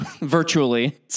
virtually